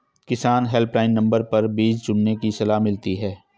किसान helpline number पर बीज चुनने की सलाह मिलती है